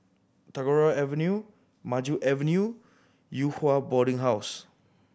Tagore Avenue Maju Avenue Yew Hua Boarding House